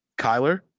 Kyler